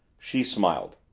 she smiled.